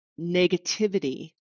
negativity